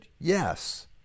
yes